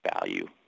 value